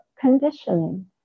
conditioning